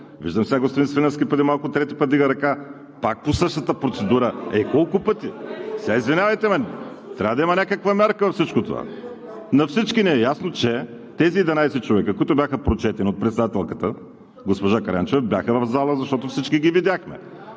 Виждам сега господин Свиленски – трети път вдига ръка, пак по същата процедура. Е, колко пъти? Извинявайте, ама трябва да има някаква мярка на всичко това! На всички ни е ясно, че тези 11 човека, които бяха прочетени от председателката госпожа Караянчева, бяха в залата, защото всички ги видяхме.